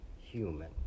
human